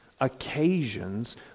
occasions